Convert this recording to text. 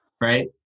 Right